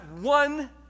one